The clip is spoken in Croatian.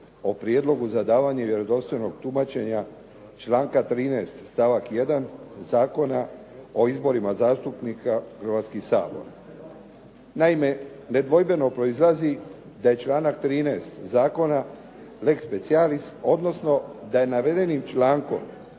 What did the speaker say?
o prijedlogu za davanje vjerodostojnog tumačenja članka 13. stavak 1. Zakona o izborima zastupnika u Hrvatski sabor. Naime, nedvojbeno proizlazi da je članak 13. zakona lex specialis, odnosno da je navedenim člankom